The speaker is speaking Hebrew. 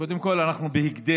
קודם כול, אנחנו בהקדם,